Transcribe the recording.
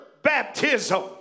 Baptism